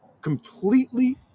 completely